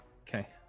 Okay